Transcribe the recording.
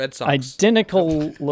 identical